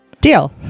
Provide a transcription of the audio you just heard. Deal